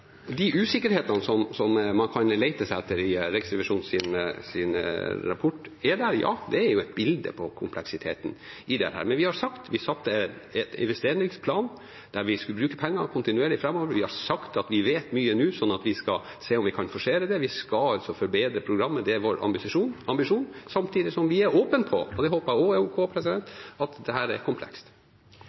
De usikkerhetene som man kan lete seg fram til i Riksrevisjonens rapport, er der, og ja, det er jo et bilde på kompleksiteten i dette. Men vi har sagt at vi har laget en investeringsplan der vi skal bruke pengene kontinuerlig framover. Vi har sagt at vi vet mye nå, slik at vi skal se om vi kan forsere det. Vi skal forbedre programmet, det er vår ambisjon, samtidig som vi er åpne på – og det håper jeg er ok – at dette er komplekst.